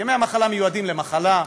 ימי המחלה מיועדים למחלה.